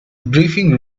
briefing